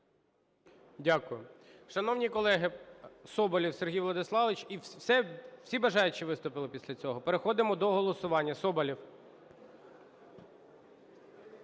Дякую. Шановні колеги… Соболєв Сергій Владиславович. Всі бажаючі виступили після цього? Переходимо до голосування. Соболєв.